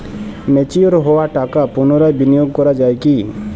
Mature হওয়া টাকা পুনরায় বিনিয়োগ করা য়ায় কি?